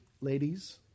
ladies